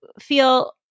feel